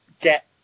get